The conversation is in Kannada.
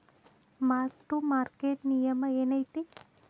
ಮಾರ್ಕ್ ಟು ಮಾರ್ಕೆಟ್ ನಿಯಮ ಏನೈತಿ